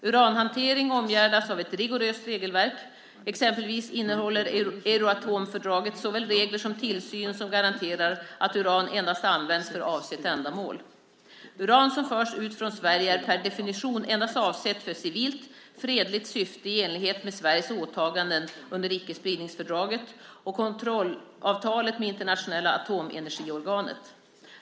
Uranhantering omgärdas av ett rigoröst regelverk; exempelvis innehåller Euratomfördraget såväl regler som tillsyn som garanterar att uran endast används för avsett ändamål. Uran som förs ut från Sverige är per definition endast avsett för civilt, fredligt syfte i enlighet med Sveriges åtaganden under icke-spridningsfördraget och kontrollavtalet med Internationella atomenergiorganet.